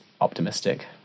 optimistic